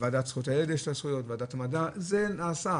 הוועדה לזכויות הילד, ועדת המדע, זה נעשה.